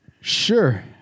Sure